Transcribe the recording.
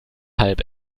halb